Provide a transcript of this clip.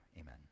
amen